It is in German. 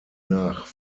nach